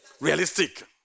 Realistic